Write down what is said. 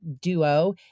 duo